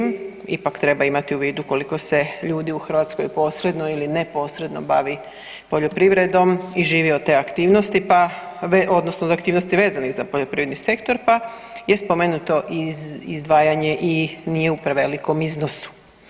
Međutim, ipak treba imati u vidu koliko se ljudi u Hrvatskoj posredno ili neposredno bavi poljoprivredom i živi od te aktivnosti, odnosno od aktivnosti vezanih za poljoprivredni sektor, pa je spomenuto izdvajanje i nije u prevelikom iznosom.